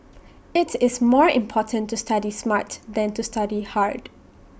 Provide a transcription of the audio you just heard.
IT is more important to study smart than to study hard